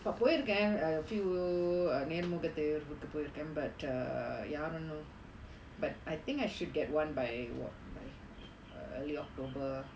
போய்ருக்கே:poyirukkae uh a few நேர்முக தேர்வுக்கு போய்ருக்கே:nermuga thaervukku poyirukkae but uh யாரு இன்னோ:yaaru inno but I think I should get one by early october